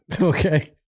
Okay